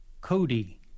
Cody